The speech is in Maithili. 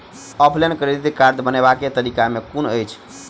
ऑफलाइन क्रेडिट कार्ड बनाबै केँ तरीका केँ कुन अछि?